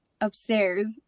upstairs